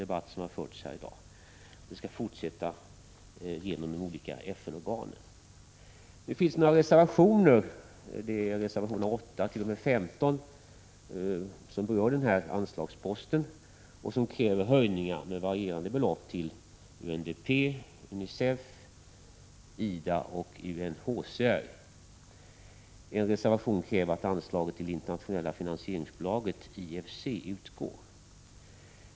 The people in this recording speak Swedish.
Det har också framgått av den debatt som har förts här i dag. De reservationer — reservation 8—15 — som berör denna anslagspost kräver höjningar med varierande belopp av anslagen till UNDP, UNICEF, IDA och UNHCR. I en reservation krävs att anslaget till internationella finansieringsbolaget, IFC, utgår.